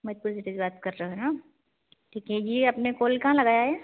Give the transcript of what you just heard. Medhpur city से बात कर रहे हो ना ठीक है यह आपने कोल कहाँ लगाया है